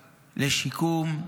לשיקום,